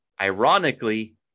Ironically